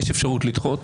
יש אפשרות לדחות.